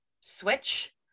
switch